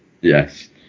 Yes